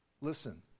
Listen